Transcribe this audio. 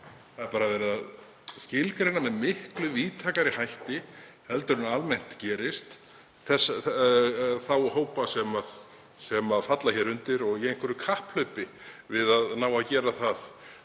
Það er bara verið að skilgreina með miklu víðtækari hætti en almennt gerist þá hópa sem falla hér undir, í einhverju kapphlaupi við að ná að gera það